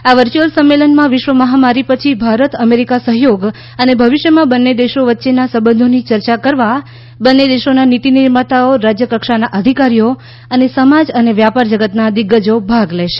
આ વચ્યુયલ સંમેલનમાં વિશ્વ મહામારી પછી ભારત અમેરીકા સહયોગ અને ભવિષ્યમાં બંને દેશો વચ્ચેનાં સંબંધોની ચર્ચા કરવા બંને દેશોનાં નીતી નિર્માતાઓ રાજ્ય કક્ષાનાં અધિકારીઓ અને સમાજ અને વ્યાપાર જગતનાં દિગ્ગજો ભાગ લેશે